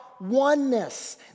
oneness